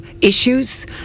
issues